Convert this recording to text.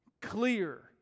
clear